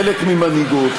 חלק ממנהיגות,